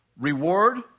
Reward